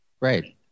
Right